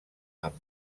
amb